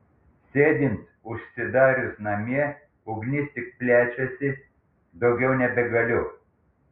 sėdint užsidarius namie ugnis tik plečiasi daugiau nebegaliu